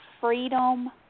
freedom